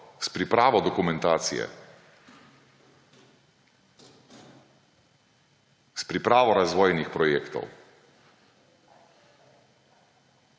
s pripravo dokumentacije, s pripravo razvojnih projektov.